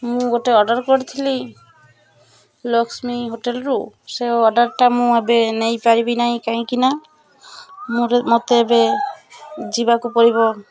ମୁଁ ଗୋଟେ ଅର୍ଡ଼ର୍ କରିଥିଲି ଲକ୍ଷ୍ମୀ ହୋଟେଲ୍ରୁ ସେ ଅର୍ଡ଼ରଟା ମୁଁ ଏବେ ନେଇପାରିବି ନାହିଁ କାହିଁକିନା ମୋର ମୋତେ ଏବେ ଯିବାକୁ ପଡ଼ିବ